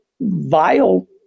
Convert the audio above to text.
vile